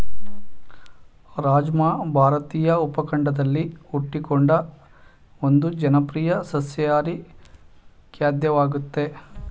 ರಾಜ್ಮಾ ಭಾರತೀಯ ಉಪಖಂಡದಲ್ಲಿ ಹುಟ್ಟಿಕೊಂಡ ಒಂದು ಜನಪ್ರಿಯ ಸಸ್ಯಾಹಾರಿ ಖಾದ್ಯವಾಗಯ್ತೆ